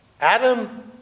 Adam